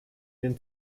den